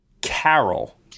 Carol